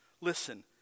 Listen